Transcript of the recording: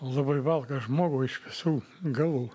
labai valgo žmogų iš visų galų